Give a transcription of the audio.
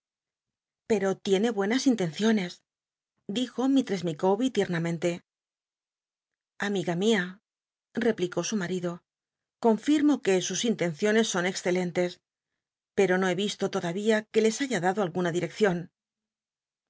pero tiene buenas intenciones dijo mislrcss lllicawbcl tiemamenle amiga mia replicó su marido confil'mo que isto sus inlcnciones son excelentes pcro no he y todavía que les haya dado alguna